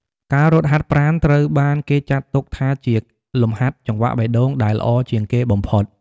ការរត់ហាត់ប្រាណត្រូវបានគេចាត់ទុកថាជាលំហាត់ចង្វាក់បេះដូងដែលល្អជាងគេបំផុត។